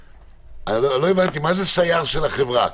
לא הבנתי, מה זה סייר של החברה?